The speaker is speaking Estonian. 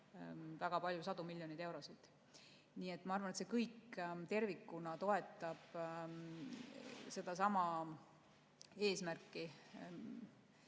väga palju, sadu miljoneid eurosid. Ma arvan, et see kõik tervikuna toetab sedasama eesmärki,